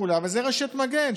אבל זו רשת מגן,